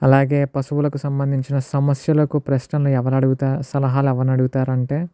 అలాగే పశువులకు సంబంధించిన సమస్యలకు ప్రశ్నలు ఎవరు అడుగుతా సలహాలు ఎవరిని అడుగుతారు అంటే